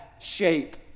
shape